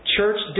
Church